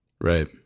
Right